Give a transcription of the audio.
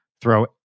throw